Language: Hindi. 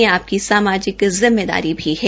यह आपकी सामाजिक जिम्मेदारी भी है